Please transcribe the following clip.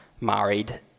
married